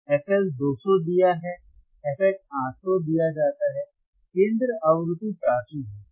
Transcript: fL 200 दिया जाता है fH 800 दिया जाता है केंद्र आवृत्ति 400 हर्ट्ज है